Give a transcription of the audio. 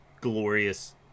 glorious